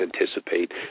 anticipate